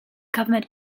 government